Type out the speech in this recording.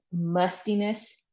mustiness